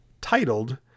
titled